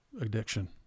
addiction